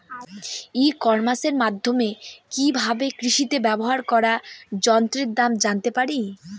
ই কমার্সের মাধ্যমে কি ভাবে কৃষিতে ব্যবহার করা যন্ত্রের দাম জানতে পারি?